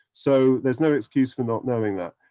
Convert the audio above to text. so there's no excuse for not knowing that.